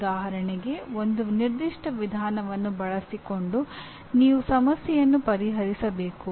ಉದಾಹರಣೆಗೆ ಒಂದು ನಿರ್ದಿಷ್ಟ ವಿಧಾನವನ್ನು ಬಳಸಿಕೊಂಡು ನೀವು ಸಮಸ್ಯೆಯನ್ನು ಪರಿಹರಿಸಬೇಕು